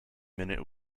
minute